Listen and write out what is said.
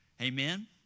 Amen